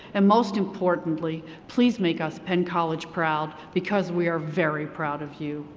and most importantly please make us penn college proud because we are very proud of you.